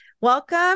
welcome